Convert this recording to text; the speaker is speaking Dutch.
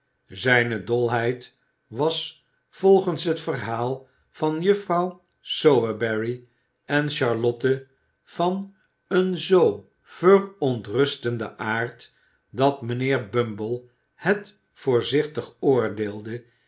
zijne dolheid was volgens het verhaal van juffrouw sowerberry en charlotte van een zoo verontrustenden aard dat mijnheer bumble het voorzichtig oordeelde